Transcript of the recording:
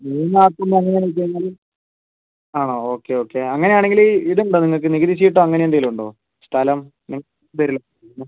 മൂന്നാക്കുമ്പോൾ എങ്ങനെയാണെന്ന് വച്ച് കഴിഞ്ഞാൽ ആണോ ഓക്കെ ഓക്കെ അങ്ങനെ ആണെങ്കിൽ ഇതുണ്ടോ നിങ്ങൾക്ക് നികുതി ചീട്ടോ അങ്ങനെ എന്തെങ്കിലുമുണ്ടോ സ്ഥലം നിങ്ങളുടെ പേരിൽ